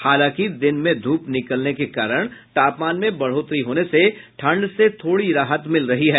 हालांकि दिन में धूप निकलने के कारण तापमान में बढ़ोतरी होने से ठंड से थोड़ी राहत मिल रही है